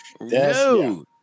no